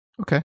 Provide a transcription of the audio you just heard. Okay